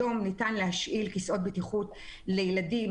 היום ניתן להשאיל כיסאות בטיחות לילדים